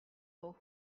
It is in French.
mot